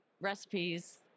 recipes